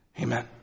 Amen